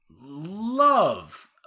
love